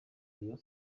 rayon